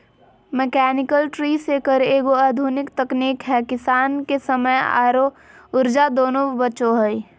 mechanical tree shaker एगो आधुनिक तकनीक है किसान के समय आरो ऊर्जा दोनों बचो हय